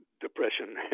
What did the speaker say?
Depression